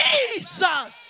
Jesus